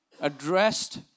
addressed